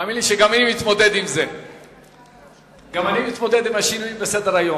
תאמין לי שגם אני מתמודד עם השינוי בסדר-היום.